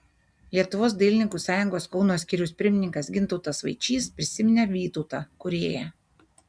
lietuvos dailininkų sąjungos kauno skyriaus pirmininkas gintautas vaičys prisiminė vytautą kūrėją